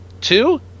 Two